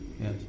Yes